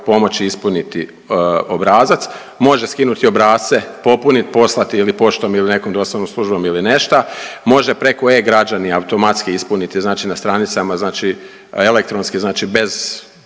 pomoći ispuniti obrazac, može skinuti obrasce, popunit, poslat ili poštom ili nekom dostavnom služnom ili nešta, može preko e-Građani automatski ispuniti znači na stranicama znači elektronski znači bez